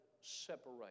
separate